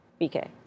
BK